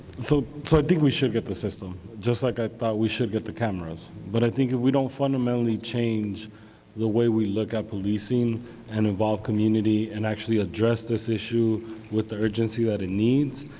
so so i think we should get the system just like i thought we should get the cameras but i think if we don't fundamentally change the way we look at policing and involve community and actually address this issue with the urgency that it needs